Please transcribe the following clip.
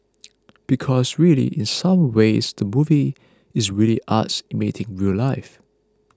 because really in some ways the movie is really arts imitating real life